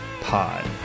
pod